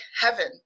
heaven